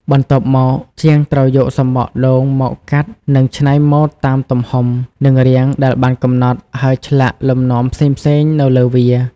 បន្ទាប់មក ជាងត្រូវយកសំបកដូងមកកាត់និងច្នៃម៉ូដតាមទំហំ និងរាងដែលបានកំណត់ ហើយឆ្លាក់លំនាំផ្សេងៗនៅលើវា។